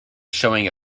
showing